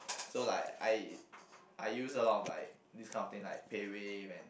so like I I use a lot of like this kind of thing like PayWave and